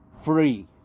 Free